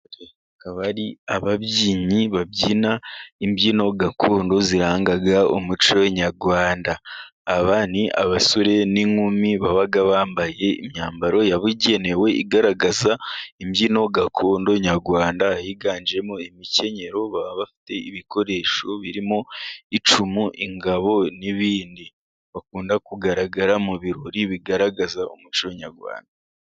Akaba ari ababyinnyi babyina imbyino gakondo zirangaga umuco nyarwanda. Aba ni abasore n'inkumi baba bambaye imyambaro yabugenewe, igaragaza imbyino gakondo nyarwanda, higanjemo imikenyero, baba bafite ibikoresho birimo icumu, ingabo, n'ibindi. Bakunda kugaragara mu birori bigaragaza umuco nyarwanda.